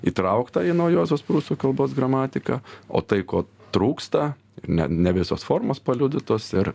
įtraukta į naujosios prūsų kalbos gramatiką o tai ko trūksta ir ne ne visos formos paliudytos ir